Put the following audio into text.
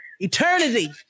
Eternity